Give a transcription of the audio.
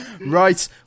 Right